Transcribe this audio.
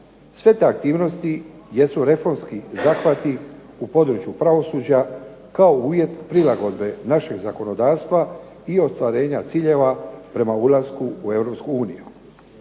Sve te aktivnosti jesu reformski zahvati u području pravosuđa kao uvjet prilagodbe našeg zakonodavstva i ostvarenja ciljeva prema ulasku u